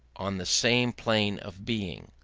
on the same plane of being.